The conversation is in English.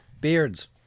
Beards